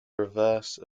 reverse